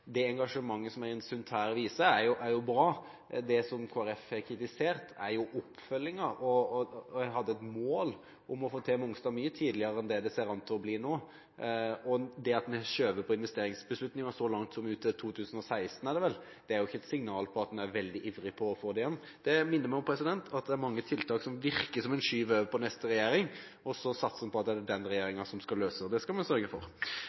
det engasjementet som Eirin Sund her viser, er bra. Det som Kristelig Folkeparti har kritisert, er oppfølgingen. Jeg hadde et mål om å få til Mongstad mye tidligere enn det det ligger an til å bli nå. Det at vi har skjøvet på investeringsbeslutningen så langt som ut til 2016 – er det vel – er jo ikke et signal på at en er veldig ivrig på å få det inn. Det minner meg om at det er mange tiltak som virker, som en skyver over på neste regjering, og så satser en på at det er den regjeringen som skal løse det. Det skal vi sørge for.